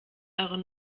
eure